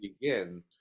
begin